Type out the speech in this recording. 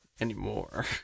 Anymore